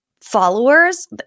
followers